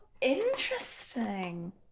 interesting